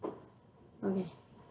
okay